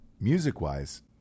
music-wise